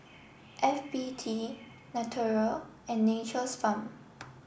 F B T Naturel and Nature's Farm